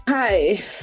Hi